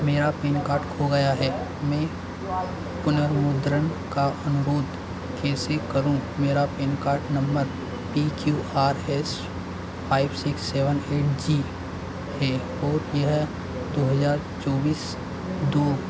मेरा PAN card खो गया है मैं पुनर्मुद्रण का अनुरोध कैसे करूँ मेरा PAN card number P Q R S five six seven eight G है और यह दो हज़ार चौबीस दो